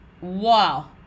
Wow